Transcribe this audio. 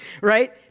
right